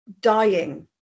dying